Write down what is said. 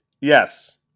Yes